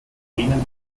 bremen